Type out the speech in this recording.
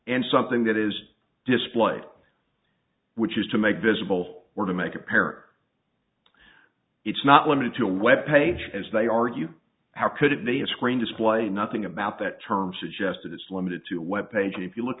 and something that is displayed which is to make visible or to make a pair it's not limited to a web page as they argue how could it mean screen display nothing about that term suggested it's limited to web pages if you look